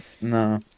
No